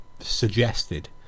Suggested